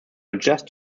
adjust